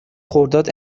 خرداد